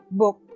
book